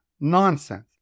Nonsense